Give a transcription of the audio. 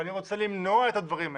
ואני רוצה למנוע את הדברים האלה.